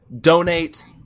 Donate